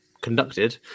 conducted